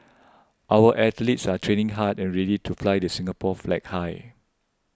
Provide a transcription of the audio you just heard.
our athletes are training hard and ready to fly the Singapore flag high